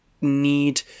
need